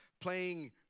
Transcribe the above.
playing